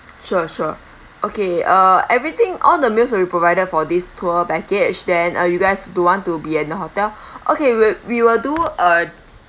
sure sure okay uh everything all the meals will be provided for this tour package then uh you guys don't want to be at the hotel okay we'll we will do uh